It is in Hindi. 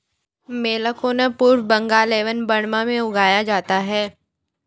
मैलाकोना पूर्वी बंगाल एवं बर्मा में उगाया जाता है